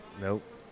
Nope